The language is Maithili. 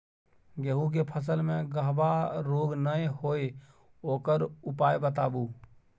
गेहूँ के फसल मे गबहा रोग नय होय ओकर उपाय बताबू?